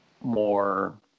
more